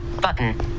button